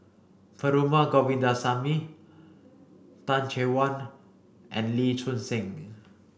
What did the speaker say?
Perumal Govindaswamy Tan Chay Yan and Lee Choon Seng